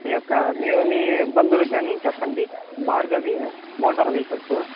మీ యొక్క మీ మీ ఇబ్బందులు కాని చెప్పండి భార్గవి మోటార్ వెహికల్సు